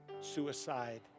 suicide